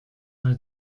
weil